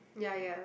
ya ya